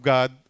God